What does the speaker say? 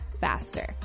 faster